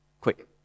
Quick